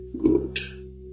Good